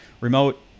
remote